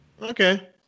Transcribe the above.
Okay